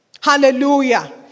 hallelujah